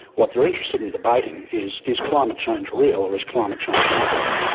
what they're interested in debating is, is climate change real or is climate change not real.